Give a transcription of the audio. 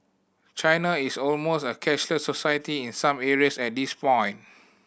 China is almost a cashless society in some areas at this point